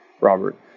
Robert